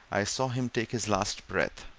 i saw him take his last breath!